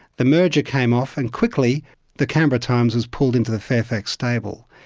the merger came off and quickly the canberra times was pulled into the fairfax stable.